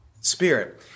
spirit